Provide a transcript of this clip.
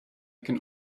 can